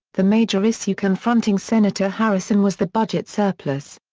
the major issue confronting senator harrison was the budget surplus.